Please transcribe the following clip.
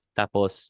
tapos